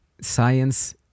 science